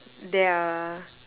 there are